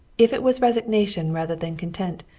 if it was resignation rather than content,